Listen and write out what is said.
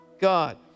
God